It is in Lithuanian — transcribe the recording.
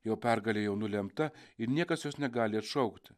jo pergalė jau nulemta ir niekas jos negali atšaukti